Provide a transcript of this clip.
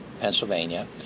Pennsylvania